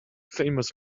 famous